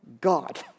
God